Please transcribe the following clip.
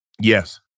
Yes